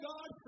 God